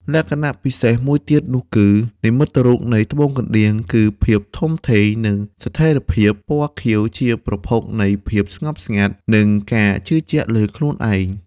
លក្ខណៈពិសេសមួយទៀតនោះគឺ និមិត្តរូបនៃត្បូងកណ្ដៀង គឺភាពធំធេង និងស្ថិរភាពពណ៌ខៀវជាប្រភពនៃភាពស្ងប់ស្ងាត់ និងការជឿជាក់លើខ្លួនឯង។